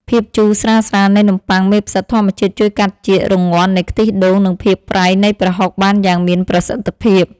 ភាពជូរស្រាលៗនៃនំប៉័ងមេផ្សិតធម្មជាតិជួយកាត់ជាតិរងាន់នៃខ្ទិះដូងនិងភាពប្រៃនៃប្រហុកបានយ៉ាងមានប្រសិទ្ធភាព។